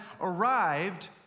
arrived